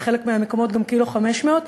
ובחלק מהמקומות גם מעל 1.500 ק"ג,